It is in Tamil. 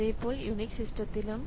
அதேபோல் யுனிக்ஸ் சிஸ்டத்திலும்